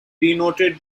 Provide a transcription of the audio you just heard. denoted